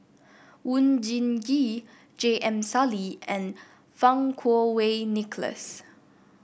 Oon Jin Gee J M Sali and Fang Kuo Wei Nicholas